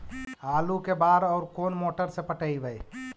आलू के बार और कोन मोटर से पटइबै?